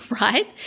right